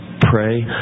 pray